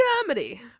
comedy